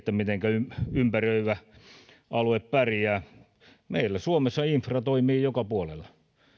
mitenkä ympäröivä alue pärjää meillä suomessa infra toimii joka puolella